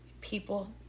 people